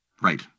Right